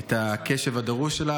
את הקשב הדרוש לה.